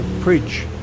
preach